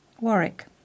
Warwick